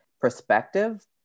perspective